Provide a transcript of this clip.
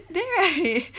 then right